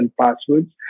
passwords